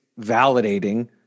validating